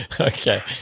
okay